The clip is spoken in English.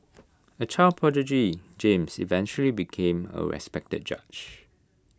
A child prodigy James eventually became A respected judge